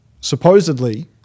supposedly